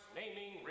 naming